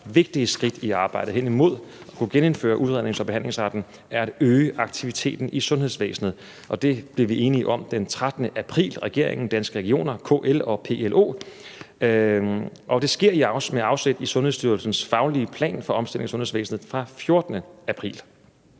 vigtige skridt i arbejdet hen imod at kunne genindføre udrednings- og behandlingsretten, er at øge aktiviteten i sundhedsvæsenet, og det blev vi enige om den 13. april – regeringen, Danske Regioner, KL og PLO – og det sker med afsæt i Sundhedsstyrelsens faglige plan for omstilling af sundhedsvæsnet fra 14. april.